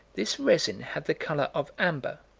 this resin had the color of amber,